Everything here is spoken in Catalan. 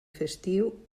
festiu